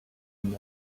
not